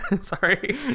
Sorry